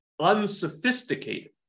unsophisticated